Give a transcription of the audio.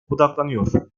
odaklanıyor